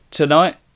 tonight